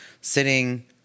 sitting